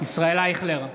ישראל אייכלר,